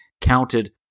counted